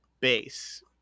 base